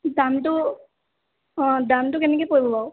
দামটো অঁ দামটো কেনেকৈ পৰিব বাৰু